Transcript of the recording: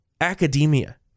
academia